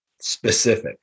specific